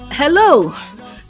Hello